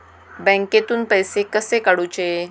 बँकेतून पैसे कसे काढूचे?